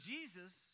Jesus